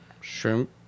Shrimp